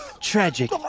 Tragic